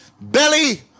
belly